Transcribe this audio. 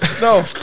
no